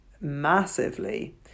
massively